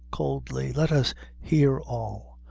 coldly let us hear all.